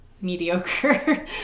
mediocre